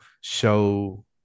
show